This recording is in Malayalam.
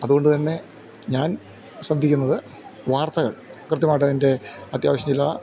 അതുകൊണ്ട് തന്നെ ഞാൻ ശ്രദ്ധിക്കുന്നത് വാർത്തകൾ കൃത്യമായിട്ടതിൻ്റെ അത്യാവശ്യം ചില